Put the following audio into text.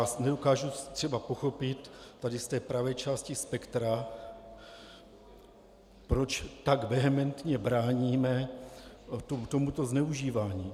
Já nedokážu třeba pochopit tady z té pravé části spektra, proč tak vehementně bráníme tomuto zneužívání.